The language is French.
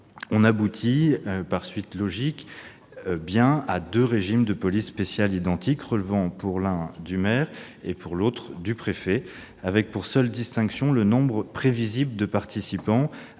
on aboutit, par suite logique, à deux régimes de police spéciale identiques, relevant pour l'un du maire, pour l'autre du préfet, avec pour seul critère discriminant le nombre prévisible de participants,